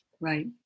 Right